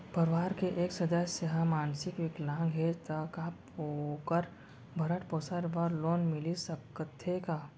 परवार के एक सदस्य हा मानसिक विकलांग हे त का वोकर भरण पोषण बर लोन मिलिस सकथे का?